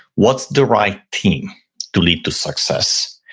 what's the right team to lead to success?